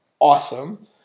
Awesome